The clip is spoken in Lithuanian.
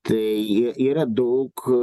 tai į yra daug